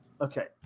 Okay